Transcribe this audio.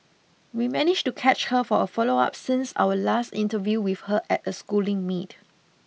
we managed to catch her for a follow up since our last interview with her at a Schooling meet